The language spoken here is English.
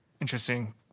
Interesting